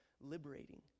liberating